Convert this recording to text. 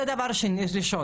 זה דבר ראשון.